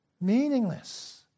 Meaningless